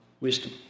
wisdom